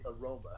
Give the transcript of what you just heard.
aroma